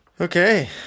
Okay